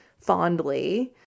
fondly